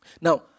Now